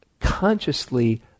consciously